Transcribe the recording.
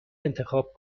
انتخاب